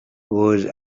was